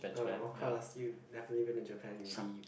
uh of course you definitely been to Japan you weep